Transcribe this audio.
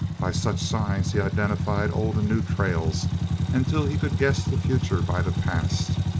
by such signs he identified old and new trails until he could guess the future by the past,